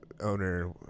owner